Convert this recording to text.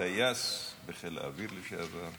טייס בחיל האוויר לשעבר.